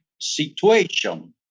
situation